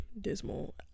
dismal